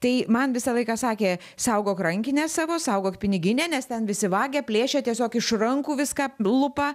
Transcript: tai man visą laiką sakė saugok rankinę savo saugok piniginę nes ten visi vagia plėšia tiesiog iš rankų viską lupa